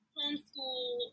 homeschool